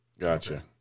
Gotcha